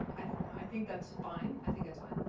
i i think that's fine. i think that's fine.